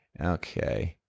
Okay